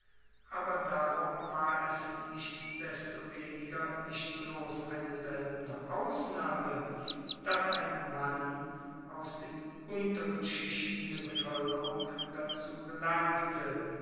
aber darum war es nichtsdestoweniger nicht bloss eine seltene ausnahme dass ein mann aus den unteren schichten der bevoelkerung dazu gelangte